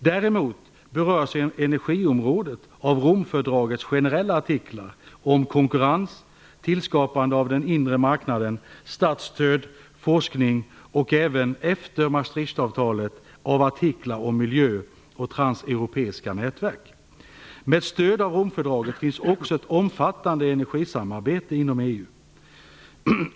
Däremot berörs energiområdet av Romfördragets generella artiklar om konkurrens, tillskapande av den inre marknaden, statsstöd, forskning och även - efter Maastrichtavtalet Med stöd av Romfördraget finns också ett omfattande energisamarbete inom EU.